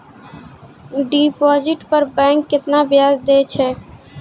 Deposit पर bank केतना ब्याज दै छै?